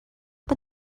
but